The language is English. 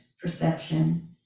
perception